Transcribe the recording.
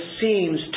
seems